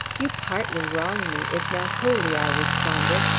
you partly wrong me, if not wholly, i responded.